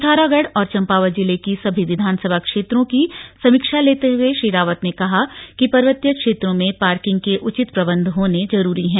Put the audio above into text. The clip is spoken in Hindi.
पिथौरागढ़ और चंपावत जिले की सभी विधानसभा क्षेत्रों की समीक्षा लेते हए श्री रावत ने कहा कि पर्वतीय क्षेत्रों में पार्किंग के उचित प्रबंध होने जरूरी हैं